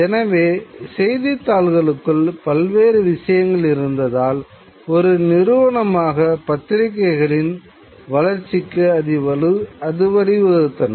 எனவே செய்தித்தாள்களுக்குள் பல்வேறு விஷயங்கள் இருந்ததால் ஒரு நிறுவனமாக பத்திரிகைகளின் வளர்ச்சிக்கு அது வழிவகுத்தன